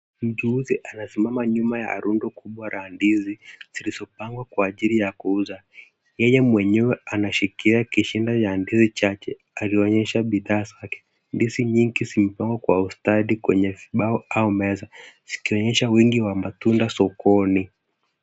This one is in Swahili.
Mchuuzi anasimama nyuma ya rundo kubwa la ndizi zilizopangwa kwa ajili ya kuuza. Yeye mwenyewe anashikia kishina ya ndizi chache akionyesha bidhaa zake. Ndizi nyingi zimepangwa kwa ustadi kwenye vibao au meza zikionyesha wingi wa matunda sokoni.